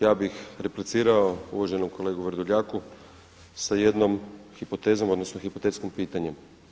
Ja bih replicirao uvaženom kolegi Vrdoljaku sa jednom hipotezom odnosno hipotetsko pitanje.